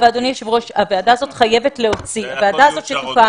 הוועדה הזאת שתוקם